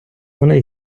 вони